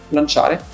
lanciare